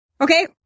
Okay